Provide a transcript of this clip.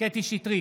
קטי קטרין שטרית,